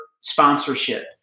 sponsorship